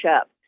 up